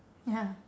ya